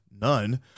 none